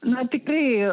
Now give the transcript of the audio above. na tiktai